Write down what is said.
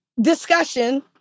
discussion